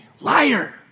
Liar